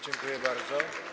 Dziękuję bardzo.